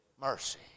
Mercy